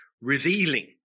revealing